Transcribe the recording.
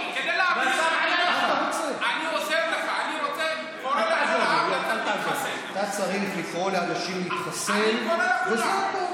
לאחרונה נודע לנו שנסגר המרכז לעבודה שיקומית לבעלי